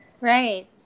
Right